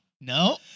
No